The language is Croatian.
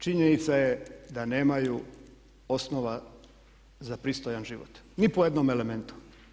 Činjenica je da nemaju osnova za pristojan život ni po jednom elementu.